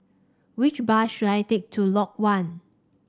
which bus should I take to Lot One